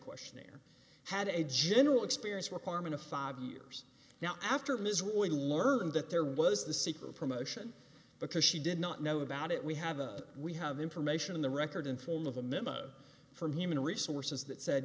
questionnaire had a general experience requirement of five years now after ms roy learned that there was the secret promotion because she did not know about it we have a we have information in the record in form of a memo from human resources that said